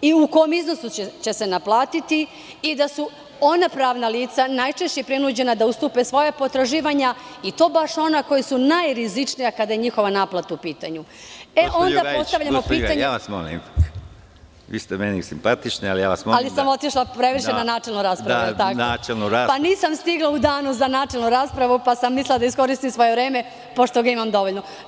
i u kom iznosu će se naplatiti i da su ona pravna lica najčešće prinuđena da ustupe svoja potraživanja, i to baš ona koja su najrizičnija kada je njihova naplata u pitanju, onda postavljamo pitanje … (Predsedavajući: Gospođo Gajić, molim vas, simpatični ste mi, ali vas molim, ovo nije načelna rasprava.) Otišla sam previše na načelnu raspravu, je li tako? (Da) Nisam stigla u danu za načelnu raspravu, pa sam mislila da iskoristim svoje vreme, pošto ga imam dovoljno.